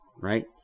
right